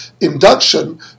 induction